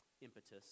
impetus